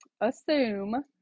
assume